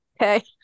okay